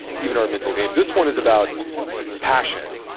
even our mental game. this one is about passion,